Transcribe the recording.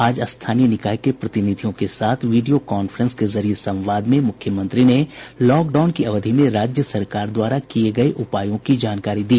आज स्थानीय निकाय के प्रतिनिधियों के साथ वीडियो कांफ्रेंस के जरिये संवाद में मुख्यमंत्री ने लॉकडाउन की अवधि में राज्य सरकार द्वारा किये गये उपायों की जानकारी दी